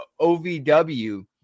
OVW